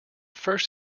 first